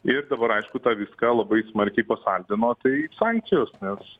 ir dabar aišku tą viską labai smarkiai pasaldino tai sankcijos